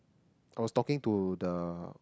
I was talking to the